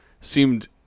seemed